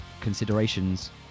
considerations